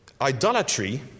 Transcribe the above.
Idolatry